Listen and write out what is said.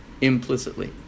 implicitly